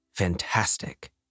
fantastic